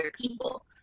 people